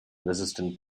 resistant